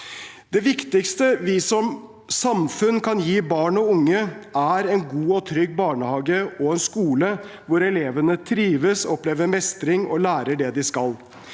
Det viktigste vi som samfunn kan gi barn og unge, er en god og trygg barnehage og en skole hvor elevene trives, opplever mestring og lærer det de skal.